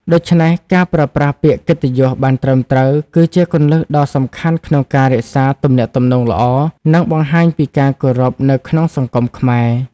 ដូច្នេះ ការប្រើប្រាស់ពាក្យកិត្តិយសបានត្រឹមត្រូវ គឺជាគន្លឹះដ៏សំខាន់ក្នុងការរក្សាទំនាក់ទំនងល្អ និងបង្ហាញពីការគោរពនៅក្នុងសង្គមខ្មែរ។